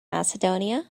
macedonia